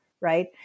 right